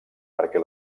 perquè